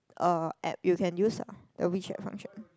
um app you can use ah the WeChat function